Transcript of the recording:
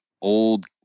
old